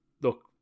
look